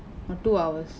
or two hours